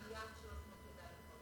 על מיליארד ו-300 ידענו כבר לפני,